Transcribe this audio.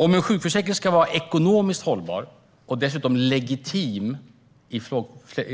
Om en sjukförsäkring ska vara ekonomiskt hållbar och dessutom legitim i